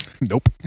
nope